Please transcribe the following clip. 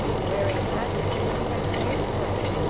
wearing hats that he had paid for,